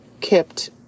kept